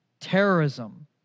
Terrorism